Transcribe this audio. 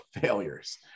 failures